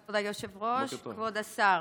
כבוד היושב-ראש, כבוד השר.